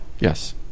Yes